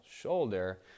shoulder